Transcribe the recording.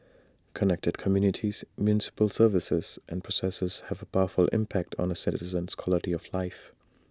connected communities municipal services and processes have A powerful impact on A citizen's quality of life